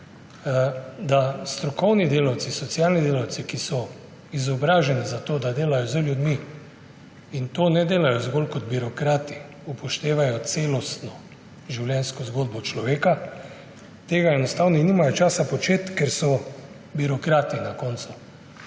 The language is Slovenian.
da strokovni delavci, socialni delavci, ki so izobraženi za to, da delajo z ljudmi in tega ne delajo zgolj kot birokrati, upoštevajo celostno življenjsko zgodbo človeka, tega enostavno nimajo časa početi, ker so na koncu